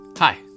Hi